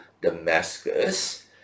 Damascus